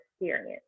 experience